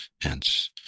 hence